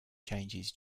changes